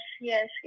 yes